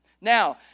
Now